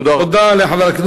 תודה רבה.